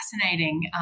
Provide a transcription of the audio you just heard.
fascinating